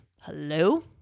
Hello